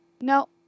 no